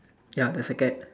ya there's a cat